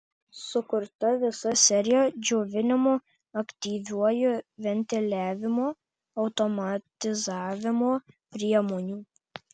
sukurta visa serija džiovinimo aktyviuoju ventiliavimu automatizavimo priemonių